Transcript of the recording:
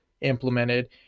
implemented